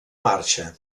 marxa